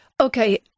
Okay